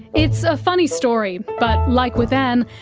it's a funny story, but like with ann,